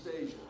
asia